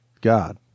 God